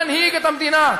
תנהיג את המדינה,